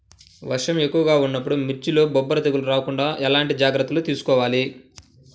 వర్షం ఎక్కువగా ఉన్నప్పుడు మిర్చిలో బొబ్బర తెగులు రాకుండా ఎలాంటి జాగ్రత్తలు తీసుకోవాలి?